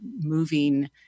moving